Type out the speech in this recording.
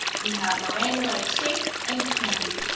we have meringue like shapes and candy.